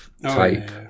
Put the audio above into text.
Type